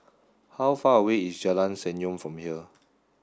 how far away is Jalan Senyum from here